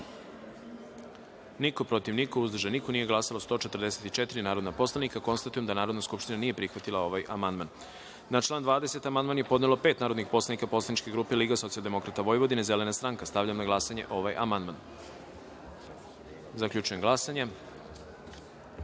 niko, protiv – niko, uzdržanih – nema, nije glasala 144 narodna poslanika. Konstatujem da Narodna skupština nije prihvatila ovaj amandman. Na član 20. amandman je podnelo pet narodnih poslanika poslaničke grupe LSDV, Zelena stranka. Stavljam na glasanje ovaj amandman. Zaključujem glasanje: